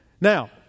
Now